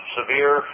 severe